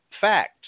facts